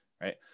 right